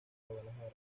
guadalajara